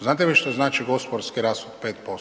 Znate vi šta znači gospodarski rast od 5%?